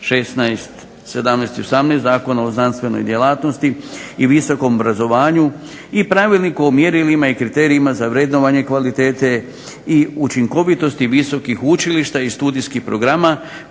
16, 17 i 18 Zakona o znanstvenoj djelatnosti i visokom obrazovanju i Pravilniku o mjerilima i kriterijima za vrednovanje kvalitete i učinkovitosti visokih učilišta i studijskih programa